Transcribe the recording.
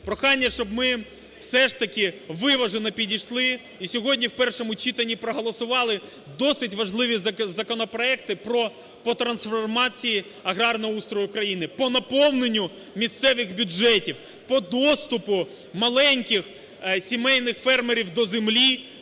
прохання, щоб ми все ж таки виважено підійшли і сьогодні в першому читанні проголосували досить важливі законопроекти по трансформації аграрного устрою країни, по наповненню місцевих бюджетів, по доступу маленьких сімейних фермерів до землі,